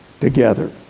together